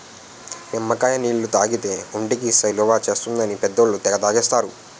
నిమ్మకాయ నీళ్లు తాగితే ఒంటికి చలవ చేస్తుందని పెద్దోళ్ళు తెగ తాగేస్తారు